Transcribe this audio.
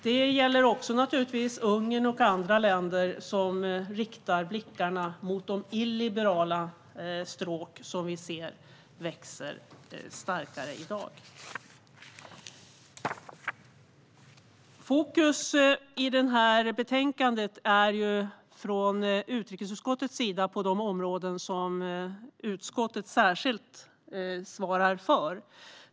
Det gäller naturligtvis också Ungern och andra länder som riktar blickarna mot de illiberala stråk som vi ser växa sig starkare i dag. Fokus i utrikesutskottets betänkande sätts på de områden som utskottet särskilt svarar för.